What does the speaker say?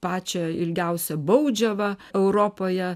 pačią ilgiausią baudžiavą europoje